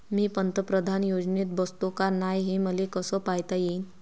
मी पंतप्रधान योजनेत बसतो का नाय, हे मले कस पायता येईन?